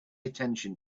attention